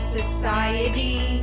society